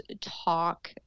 talk